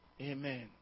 Amen